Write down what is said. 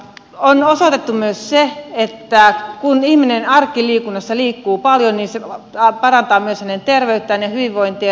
on osoitettu myös se että kun ihminen arkiliikunnassa liikkuu paljon niin se parantaa myös hänen terveyttään ja hyvinvointiaan